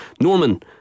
Norman